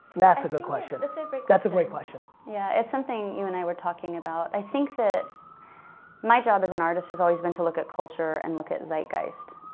that's a good question. that's a great question. that's a great question. yeah, it's something you and i were talking about. i think that my job as an artist has always been to look at culture and look at zeitgeist.